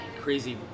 crazy